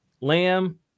Lamb